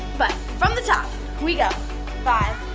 but, from the top we go five,